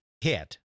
hit